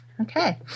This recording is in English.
Okay